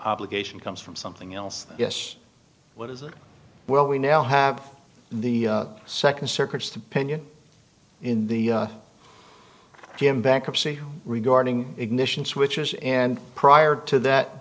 obligation comes from something else yes what is it well we now have the second circuit's the pinion in the g m bankruptcy regarding ignition switches and prior to that